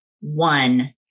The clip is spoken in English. one